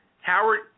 Howard